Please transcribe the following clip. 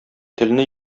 телне